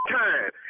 time